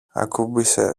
ακούμπησε